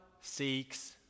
seeks